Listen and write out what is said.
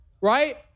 right